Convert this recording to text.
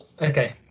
okay